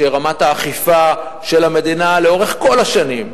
שרמת האכיפה של המדינה בה לאורך כל השנים,